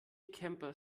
camper